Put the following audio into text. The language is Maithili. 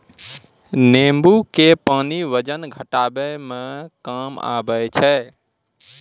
नेंबू के पानी वजन घटाबै मे काम आबै छै